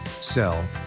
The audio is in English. sell